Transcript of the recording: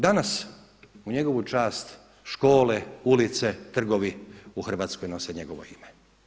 Danas u njegovu čast škole, ulice, trgovi u Hrvatskoj nose njegovo ime.